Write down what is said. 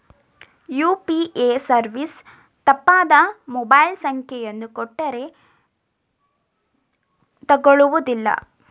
UPA service ತಪ್ಪಾದ mobile ಸಂಖ್ಯೆಯನ್ನು ಕೊಟ್ಟರೇ ತಕೊಳ್ಳುವುದಿಲ್ಲ